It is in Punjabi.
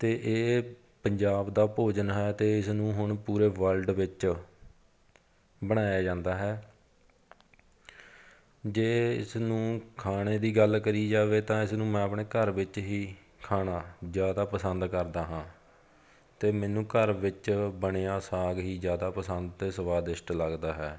ਅਤੇ ਇਹ ਪੰਜਾਬ ਦਾ ਭੋਜਨ ਹੈ ਅਤੇ ਇਸ ਨੂੰ ਹੁਣ ਪੂਰੇ ਵਰਲਡ ਵਿੱਚ ਬਣਾਇਆ ਜਾਂਦਾ ਹੈ ਜੇ ਇਸਨੂੰ ਖਾਣੇ ਦੀ ਗੱਲ ਕਰੀ ਜਾਵੇ ਤਾਂ ਇਸਨੂੰ ਮੈਂ ਆਪਣੇ ਘਰ ਵਿੱਚ ਹੀ ਖਾਣਾ ਜ਼ਿਆਦਾ ਪਸੰਦ ਕਰਦਾ ਹਾਂ ਅਤੇ ਮੈਨੂੰ ਘਰ ਵਿੱਚ ਬਣਿਆ ਸਾਗ ਹੀ ਜ਼ਿਆਦਾ ਪਸੰਦ ਅਤੇ ਸਵਾਦਿਸ਼ਟ ਲੱਗਦਾ ਹੈ